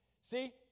See